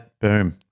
boom